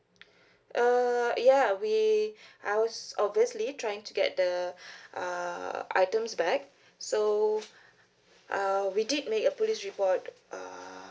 uh ya we I was obviously trying to get the uh items back so uh we did make a police report uh